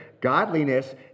Godliness